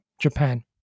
Japan